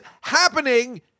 happening